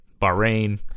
Bahrain